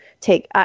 take –